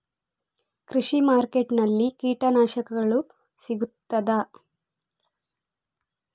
ಕೃಷಿಮಾರ್ಕೆಟ್ ನಲ್ಲಿ ಕೀಟನಾಶಕಗಳು ಸಿಗ್ತದಾ?